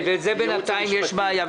בזה בינתיים יש בעיה.